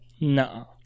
No